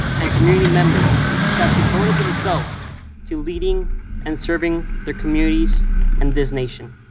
and community members who have devoted themselves to leading and serving their communities and this nation.